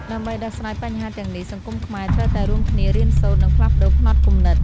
ដើម្បីដោះស្រាយបញ្ហាទាំងនេះ សង្គមខ្មែរត្រូវតែរួមគ្នារៀនសូត្រ និងផ្លាស់ប្ដូរផ្នត់គំនិត។